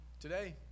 today